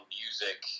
music